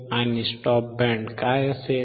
आणि stop band काय असेल